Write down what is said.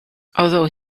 although